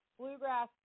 bluegrass